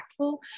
impactful